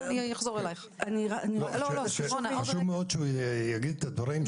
חשוב מאוד שהוא יגיד את הדברים,